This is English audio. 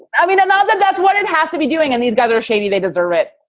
i mean, not that that's what it has to be doing. and these guys are shady. they deserve it.